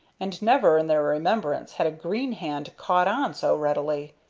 and never in their remembrance had green hand caught on so readily.